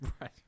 Right